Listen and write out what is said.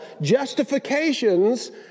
justifications